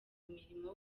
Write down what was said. imirimo